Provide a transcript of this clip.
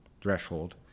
threshold